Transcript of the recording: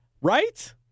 Right